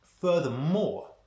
Furthermore